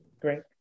Great